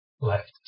left